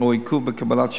או לעיכוב בקבלת שירות,